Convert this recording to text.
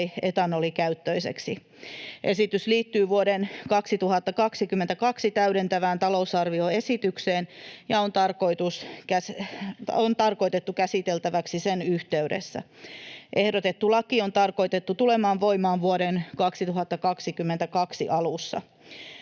etanolikäyttöiseksi. Esitys liittyy vuoden 2022 täydentävään talousarvioesitykseen ja on tarkoitettu käsiteltäväksi sen yhteydessä. Ehdotettu laki on tarkoitettu tulemaan voimaan vuoden 2022 alussa.